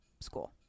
school